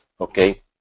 okay